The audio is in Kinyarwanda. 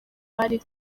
bari